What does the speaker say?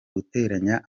guteranya